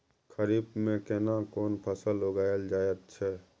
खरीफ में केना कोन फसल उगायल जायत छै?